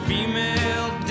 Female